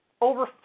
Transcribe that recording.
Over